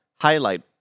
highlight